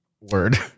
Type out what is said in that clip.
word